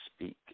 speak